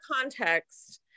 context